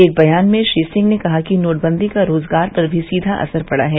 एक बयान में श्री सिंह ने कहा कि नोटबंदी का रोजगार पर भी सीधा असर पड़ा है